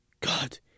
God